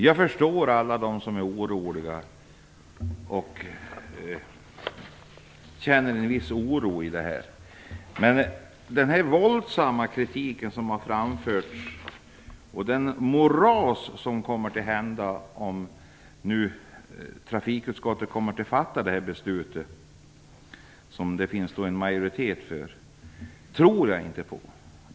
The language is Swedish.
Jag förstår alla dem som känner en viss oro för detta. Men den våldsamma kritik som har framförts och det moras som kommer att inträffa om nu Trafikutskottet kommer att fatta detta beslut, som det finns en majoritet för, tror jag inte på.